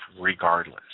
regardless